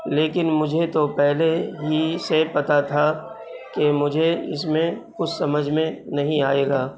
لیکن مجھے تو پہلے ہی سے پتا تھا کہ مجھے اس میں کچھ سمجھ میں نہیں آئے گا